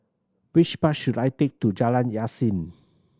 which bus should I take to Jalan Yasin